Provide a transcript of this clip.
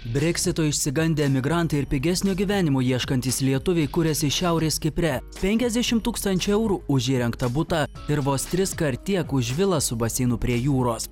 breksito išsigandę emigrantai ir pigesnio gyvenimo ieškantys lietuviai kuriasi šiaurės kipre penkiasdešimt tūkstančių eurų už įrengtą butą ir vos triskart tiek už vilą su baseinu prie jūros